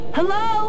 Hello